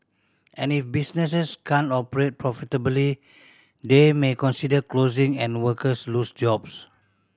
and if businesses can't operate profitably they may consider closing and workers lose jobs